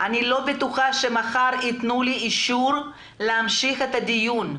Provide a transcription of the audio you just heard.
אני לא בטוחה שמחר יתנו לי אישור להמשיך את הדיון,